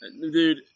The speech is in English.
dude